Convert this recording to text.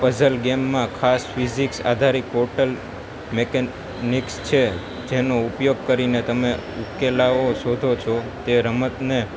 puzzle ગેમમાં ખાસ physics આધારિત પોર્ટલ મેકેનિક્સ છે જેનો ઉપયોગ કરીને તમે ઉકેલાવો શોધો છો તે રમતને